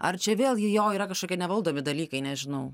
ar čia vėlgi jo yra kažkokie nevaldomi dalykai nežinau